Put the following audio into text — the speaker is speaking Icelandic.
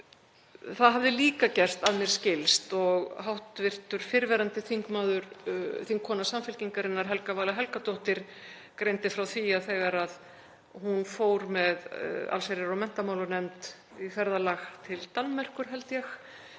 Það hafði líka gerst, að mér skilst, og hv. fyrrverandi þingkona Samfylkingarinnar, Helga Vala Helgadóttir, greindi frá því að þegar hún fór með allsherjar- og menntamálanefnd í ferðalag, til Danmerkur held ég,